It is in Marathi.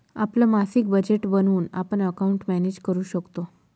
आपलं मासिक बजेट बनवून आपण अकाउंट मॅनेज करू शकतो